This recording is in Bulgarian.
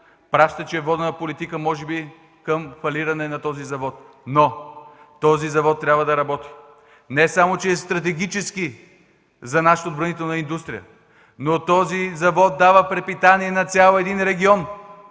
може би е водена политика към фалиране на този завод. Но този завод трябва да работи. Не само че е стратегически за нашата отбранителна индустрия, но този завод дава препитание на цял един регион.